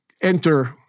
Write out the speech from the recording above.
enter